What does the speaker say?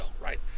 right